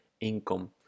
income